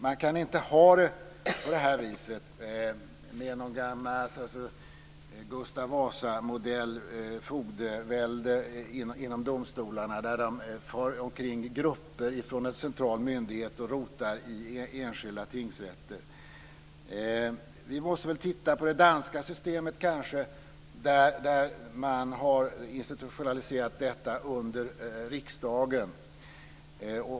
Man kan inte ha det på detta sätt med någon gammal Gustav Vasa-modell, ett fogdevälde, inom domstolarna där de far omkring i grupper från en central myndighet och rotar i enskilda tingsrätter. Vi måste väl kanske titta på det danska systemet där man har institutionaliserat detta under riksdagen.